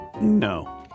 No